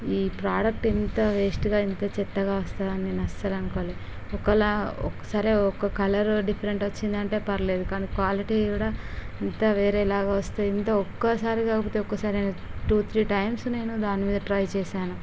ఈ ప్రోడక్ట్ ఇంత వేస్ట్గా ఇంత చెత్తగా వస్తుంది అని నేను అసలు అనుకోలేదు ఒకవేళ సరే ఒక కలర్ డిఫరెంట్ వచ్చిందంటే పర్లేదు కానీ క్వాలిటీ కూడా అంతా వేరే లాగా వస్తే ఒక్కోసారి కాకుంటే ఒక్కసారైనా టూ త్రీ టైమ్స్ నేను దాని మీద ట్రై చేసాను